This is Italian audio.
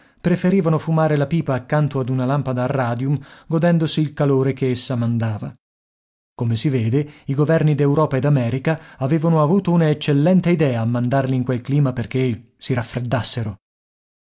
preferivano fumare la pipa accanto ad una lampada a radium godendosi il calore che essa mandava come si vede i governi d'europa e d'america avevano avuto una eccellente idea a mandarli in quel clima perché si raffreddassero